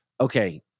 Okay